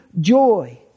joy